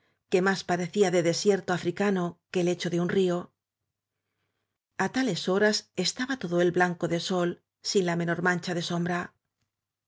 que más pa recía de desierto africano que lecho de un río a tales horas estaba todo él blanco de sol sin la menor mancha de sombra